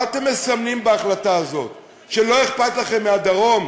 מה אתם מסמנים בהחלטה הזאת, שלא אכפת לכם מהדרום?